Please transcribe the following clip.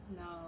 no